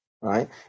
right